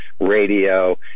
radio